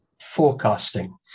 forecasting